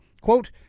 quote